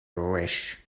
wish